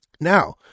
now